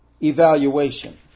Evaluation